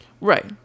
right